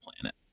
planet